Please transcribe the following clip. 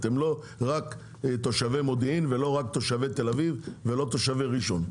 אתן לא רק תושבי מודיעין ולא רק תושבי תל אביב ולא תושבי ראשון.